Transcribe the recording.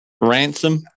Ransom